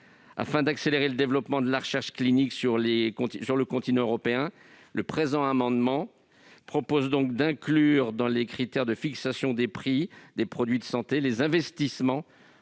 Afin d'accélérer le développement de la recherche clinique sur le continent européen, cet amendement vise à inclure dans les critères de fixation des prix des produits de santé les investissements